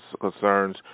concerns